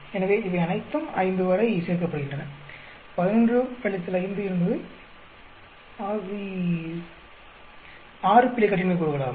எனவே அவை அனைத்தும் 5 வரை சேர்க்கப்படுகின்றன 11 5 என்பது 6 பிழை கட்டின்மை கூறுகள் ஆகும்